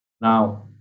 Now